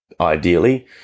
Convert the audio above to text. ideally